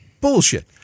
bullshit